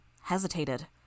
hesitated